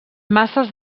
masses